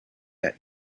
that